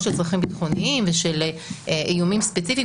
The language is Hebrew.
של צרכים ביטחוניים ושל איומים ספציפיים,